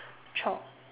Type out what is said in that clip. chopped